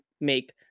make